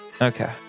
Okay